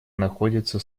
находится